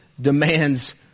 demands